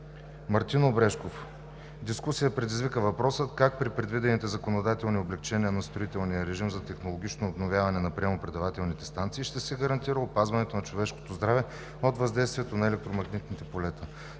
Мартин Обрешков. Дискусия предизвика въпросът, как при предвидените законодателни облекчения на строителния режим за технологично обновяване на приемо-предавателните станции ще се гарантира опазването на човешкото здраве от въздействието на електромагнитните полета.